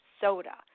soda